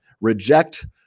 reject